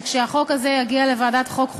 שכשהחוק הזה יגיע לוועדת החוקה,